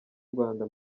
rwanda